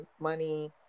money